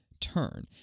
turn